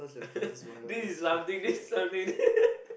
this is something this is something